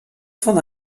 von